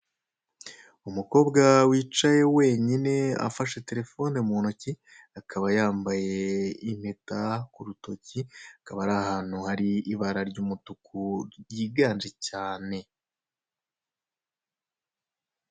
Umukobwa wicaye wenyine afashe telefone mu ntoki, akaba yambaye impeta ku rutoki akaba ari ahantu hari ibara ry'umutuku ryiganje cyane.